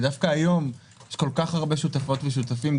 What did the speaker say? ודווקא היום יש כל כך הרבה שותפות ושותפים,